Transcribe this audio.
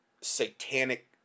satanic